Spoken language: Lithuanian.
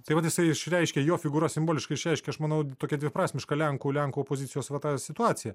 tai vat jisai išreiškia jo figūra simboliškai išreiškia aš manau tokią dviprasmišką lenkų lenkų opozicijos va tą situaciją